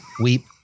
weep